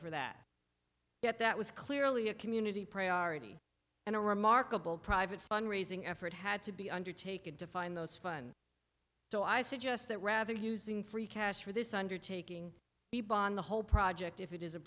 for that yet that was clearly a community priority and a remarkable private fund raising effort had to be undertaken to find those fun so i suggest that rather using free cash for this undertaking people on the whole project if it is